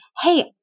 Hey